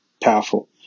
powerful